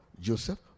Joseph